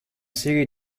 serie